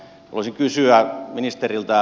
haluaisin kysyä ministeriltä